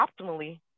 optimally